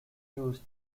used